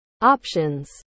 options